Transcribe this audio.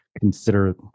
consider